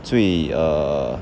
最 err